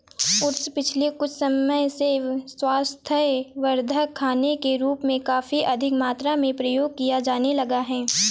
oats पिछले कुछ समय से स्वास्थ्यवर्धक खाने के रूप में काफी अधिक मात्रा में प्रयोग किया जाने लगा है